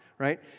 right